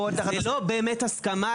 זה לא באמת הסכמה.